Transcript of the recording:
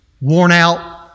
worn-out